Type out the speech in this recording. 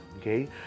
okay